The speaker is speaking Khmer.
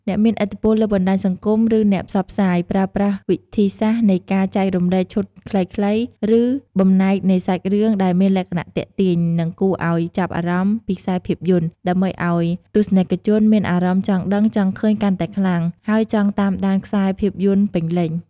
អ្នកមានឥទ្ធិពលលើបណ្ដាញសង្គម ឬអ្នកផ្សព្វផ្សាយ ប្រើប្រាស់វិធីសាស្រ្តនៃការចែករំលែកឈុតខ្លីៗ ឬបំណែកនៃសាច់រឿងដែលមានលក្ខណៈទាក់ទាញ និងគួរឱ្យចាប់អារម្មណ៍ពីខ្សែភាពយន្ត ដើម្បីធ្វើឱ្យទស្សនិកជនមានអារម្មណ៍ចង់ដឹងចង់ឃើញកាន់តែខ្លាំង ហើយចង់តាមដានខ្សែភាពយន្តពេញលេញ។